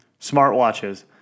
smartwatches